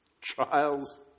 Trials